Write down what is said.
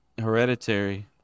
Hereditary